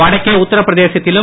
வடக்கே உத்தரபிரதேசத்திலும்